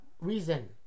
reason